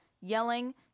yelling